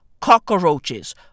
cockroaches